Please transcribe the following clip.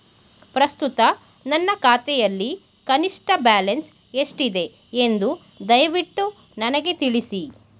ಪ್ರಸ್ತುತ ನನ್ನ ಖಾತೆಯಲ್ಲಿ ಕನಿಷ್ಠ ಬ್ಯಾಲೆನ್ಸ್ ಎಷ್ಟಿದೆ ಎಂದು ದಯವಿಟ್ಟು ನನಗೆ ತಿಳಿಸಿ